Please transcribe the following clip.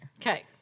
Okay